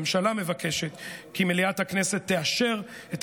הממשלה מבקשת כי מליאת הכנסת תאשר את